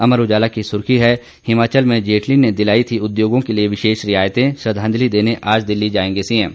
अमर उजाला की सुर्खी है हिमाचल में जेटली ने दिलाई थी उद्योंगों के लिए विशेष रियायतें श्रद्वाजंलि देने आज दिल्ली जायेंगे सीएम